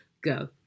go